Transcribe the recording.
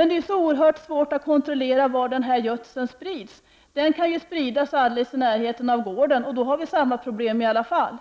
emellertid oerhört svårt att kontrollera var gödseln sprids. Den kan spridas alldeles i närheten av gården, och då får vi samma problem i alla fall.